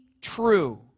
true